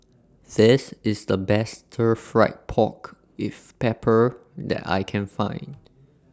This IS The Best Stir Fried Pork with Pepper that I Can Find